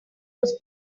was